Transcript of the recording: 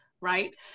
right